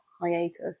hiatus